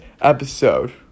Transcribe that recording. episode